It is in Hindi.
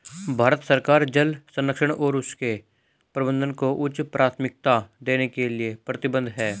भारत सरकार जल संरक्षण और उसके प्रबंधन को उच्च प्राथमिकता देने के लिए प्रतिबद्ध है